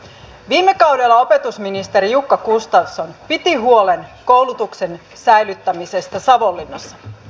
viime kaudella opetusministeri jukka gustafsson piti huolen koulutuksen säilyttämisestä savonlinnassa